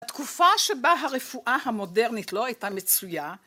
תקופה שבה הרפואה המודרנית לא הייתה מצויה.